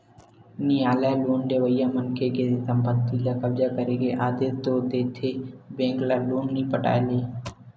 नियालय लोन लेवइया मनखे के संपत्ति ल कब्जा करे के आदेस तो दे देथे बेंक ल लोन नइ पटाय ले